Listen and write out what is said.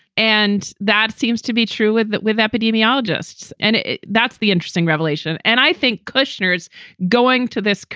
and that seems to be true with that, with epidemiologists. and that's the interesting revelation. and i think kushner's going to this.